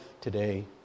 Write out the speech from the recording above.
today